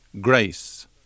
grace